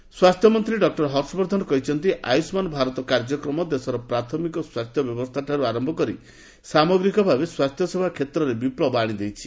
ଆୟୁଷ୍ମାନ ଭାରତ ସ୍ୱାସ୍ଥ୍ୟ ମନ୍ତ୍ରୀ ଡକ୍ଟର ହର୍ଷବର୍ଦ୍ଧନ କହିଛନ୍ତି ଆୟୁଷ୍କାନ୍ ଭାରତ କାର୍ଯ୍ୟକ୍ରମ ଦେଶର ପ୍ରାଥମିକ ସ୍ୱାସ୍ଥ୍ୟ ବ୍ୟବସ୍ଥାଠାରୁ ଆରମ୍ଭ କରି ସାମଗ୍ରୀକ ଭାବେ ସ୍ୱାସ୍ଥ୍ୟସେବା ଷେତ୍ରରେ ବିପୁବ ଆଣିଦେଇଛି